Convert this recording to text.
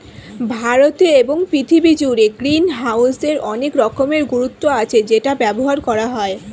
ভারতে এবং পৃথিবী জুড়ে গ্রিনহাউসের অনেক রকমের গুরুত্ব আছে যেটা ব্যবহার করা হয়